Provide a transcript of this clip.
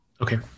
Okay